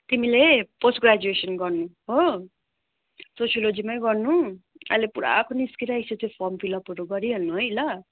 तिमीले post graduation गर्नु हो सोस्योलोजीमै गर्नु अहिले पुराको निस्किरहेको छ त्यो फर्म फिलअपहरू गरिहाल्नु है ल